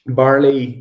barley